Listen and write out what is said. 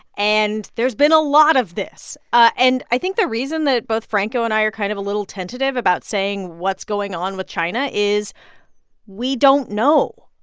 and there's been a lot of this. ah and i think the reason that both franco and i are kind of a little tentative about saying what's going on with china is we don't know.